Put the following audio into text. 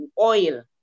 oil